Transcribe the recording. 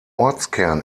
ortskern